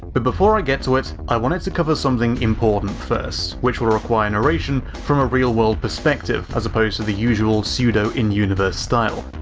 but before i get to it, i wanted to cover something important first, which will require narration from a real-world perspective as opposed to the usual pseudo-in-universe style,